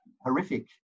horrific